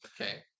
Okay